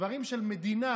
דברים של מדינה,